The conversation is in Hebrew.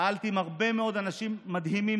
פעלתי עם הרבה מאוד אנשים מדהימים,